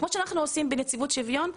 כמו שאנחנו עושים בנציבות שוויון,